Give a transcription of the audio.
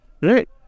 Right